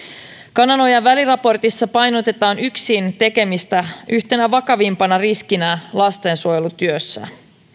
kananojan väliraportissa painotetaan yksintekemistä yhtenä vakavimmista riskeistä lastensuojelutyössä